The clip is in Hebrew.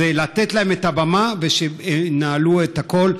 זה לתת להם את הבמה ושינהלו את הכול,